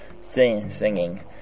singing